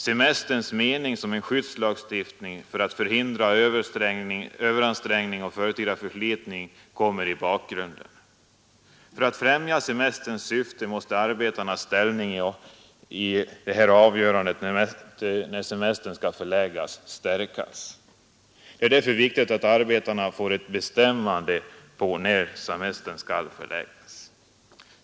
Semesterns mening som en skyddslagstiftning för att förhindra överansträngning och förtida förslitning kommer i bakgrunden. För att främja semesterns syfte måste arbetarnas ställning i avgörandet om semesterns förläggande stärkas. Det är därför viktigt att arbetarna får bestämma härvidlag.